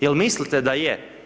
Jel mislite da je?